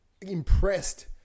impressed